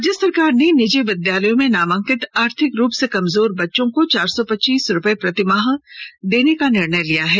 राज्य सरकार ने निजी विद्यालयों में नामांकित आर्थिक रूप से कमजोर बच्चों को चार सौ पचीस रूपये प्रतिमाह देने का निर्णय लिया है